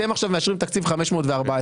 אתם עכשיו מאשרים תקציב של 514,